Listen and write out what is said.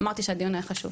אמרתי שהדיון היה חשוב.